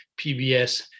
PBS